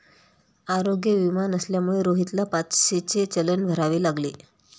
आरोग्य विमा नसल्यामुळे रोहितला पाचशेचे चलन भरावे लागले